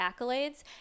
accolades